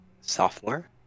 sophomore